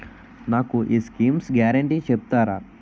నాకు ఈ schemes guarantee చెప్తారా?